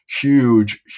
huge